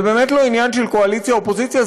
זה באמת לא עניין של קואליציה אופוזיציה,